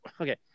okay